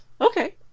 Okay